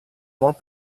molt